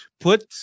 put